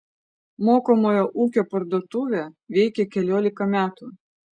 mokomojo ūkio parduotuvė veikia keliolika metų